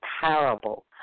parable